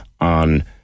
on